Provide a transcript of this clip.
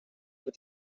with